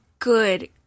good